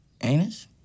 anus